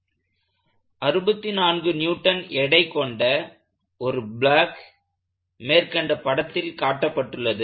64N எடை கொண்ட ஒரு பிளாக் மேற்கண்ட படத்தில் காட்டப்பட்டுள்ளது